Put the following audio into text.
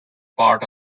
part